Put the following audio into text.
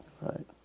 right